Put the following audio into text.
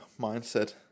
mindset